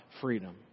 freedom